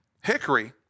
Hickory